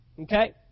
Okay